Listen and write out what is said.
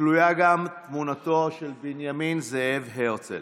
תלויה גם תמונתו של בנימין זאב הרצל.